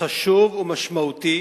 חשוב ומשמעותי